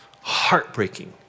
heartbreaking